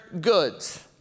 goods